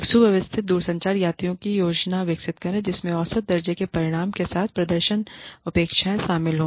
एक सुव्यवस्थित दूरसंचार यात्रियों की योजना विकसित करें जिसमें औसत दर्जे के परिणाम के साथ प्रदर्शन अपेक्षाएँ शामिल हों